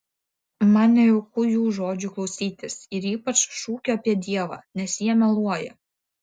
man nejauku jų žodžių klausytis ir ypač šūkio apie dievą nes jie meluoja